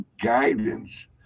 guidance